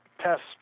tests